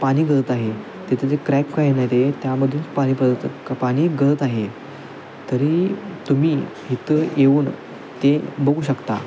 पाणी गळत आहे तिथं जे क्रॅक काय आहे ना ते त्यामधून पाणी पद पाणी गळत आहे तरी तुम्ही इथं येऊन ते बघू शकता